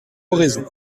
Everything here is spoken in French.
oraison